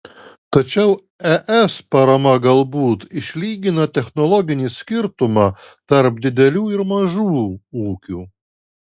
tačiau es parama galbūt išlygina technologinį skirtumą tarp didelių ir mažų ūkių